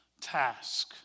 task